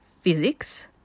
physics